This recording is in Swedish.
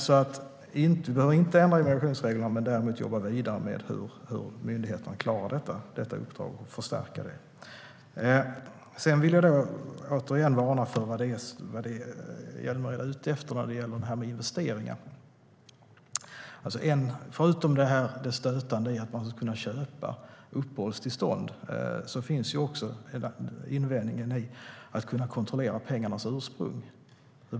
Vi behöver alltså inte ändra i migrationsreglerna men däremot jobba vidare med hur myndigheterna klarar detta uppdrag och förstärka det. Jag vill återigen komma med en varning i fråga om vad Hjälmered är ute efter när det gäller investeringar. Förutom det stötande i att man ska kunna köpa uppehållstillstånd finns en annan invändning, nämligen att man måste kunna kontrollera pengarnas ursprung.